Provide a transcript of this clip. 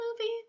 movie